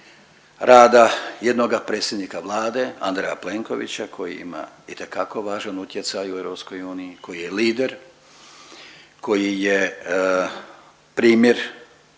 rada jednoga predsjednika Vlade Andreja Plenkovića koji ima itekako važan utjecaj u EU, koji je lider, koji je primjer